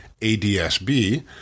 ADSB